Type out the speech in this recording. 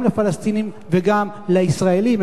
גם לפלסטינים וגם לישראלים.